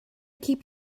keep